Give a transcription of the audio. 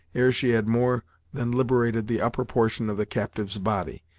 ere she had more than liberated the upper portion of the captive's body,